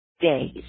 days